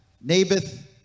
Naboth